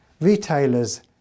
retailers